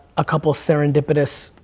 a couple serendipitous,